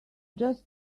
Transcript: just